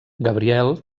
gabriel